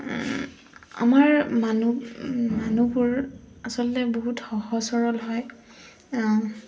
আমাৰ মানুহ মানুহবোৰ আচলতে বহুত সহজ সৰল হয়